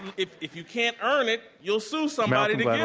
if if you can't earn it, you'll sue somebody to get it.